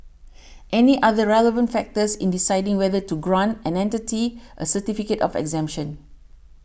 any other relevant factors in deciding whether to grant an entity a certificate of exemption